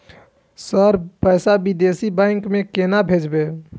Sir पैसा विदेशी bank में केना भेजबे?